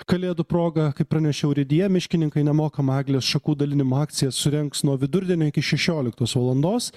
kalėdų proga kaip pranešė urėdija miškininkai nemokamą eglės šakų dalinimo akciją surengs nuo vidurdienio iki šešioliktos valandos